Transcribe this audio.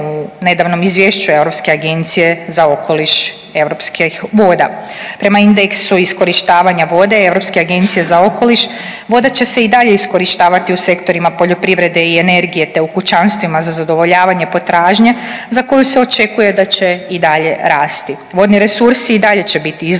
u nedavnom izvješću Europske agencije za okoliš europskih voda. Prema indeksu iskorištavanja vode Europske agencije za okoliš voda će se i dalje iskorištavati u sektorima poljoprivrede i energije, te u kućanstvima za zadovoljavanje potražnje za koju se očekuje da će i dalje rasti. Vodni resursi i dalje će biti izloženi